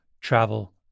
travel